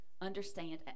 Understand